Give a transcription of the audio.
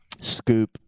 Scoop